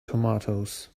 tomatoes